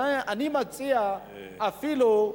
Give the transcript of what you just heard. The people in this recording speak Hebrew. אני מציע אפילו,